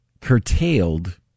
curtailed